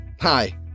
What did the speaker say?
Hi